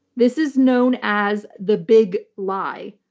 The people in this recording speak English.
this is known as the big lie,